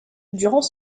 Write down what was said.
durant